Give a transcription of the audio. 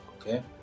okay